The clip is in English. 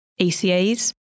ACAs